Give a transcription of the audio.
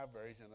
version